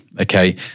okay